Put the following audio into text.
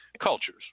cultures